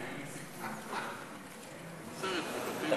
מה?